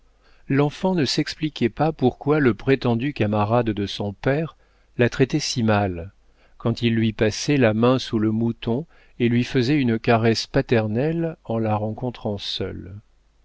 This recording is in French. l'enfant ne s'expliquait pas pourquoi le prétendu camarade de son père la traitait si mal quand il lui passait la main sous le menton et lui faisait une caresse paternelle en la rencontrant seule